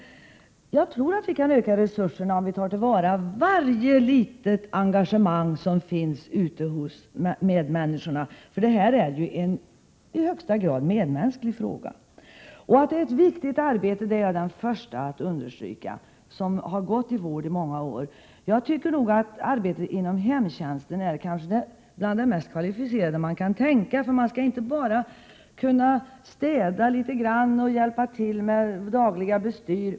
Men jag tror att vi kan öka resurserna om vi tar till vara varje engagemang som finns hos medmänniskorna — detta är ju i högsta grad en fråga om medmänsklighet. Att detta är ett viktigt arbete är jag, som i många år ägnat mig åt vårdarbete, den första att understryka. Jag tycker att arbetet inom hemtjänsten är bland det mest kvalificerade som tänkas kan. Man skall inte bara kunna städa litet grand och hjälpa till med dagliga bestyr.